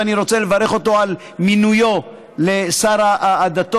ואני רוצה לברך אותו על מינויו לשר הדתות,